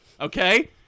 Okay